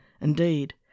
Indeed